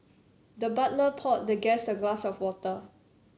the butler poured the guest a glass of water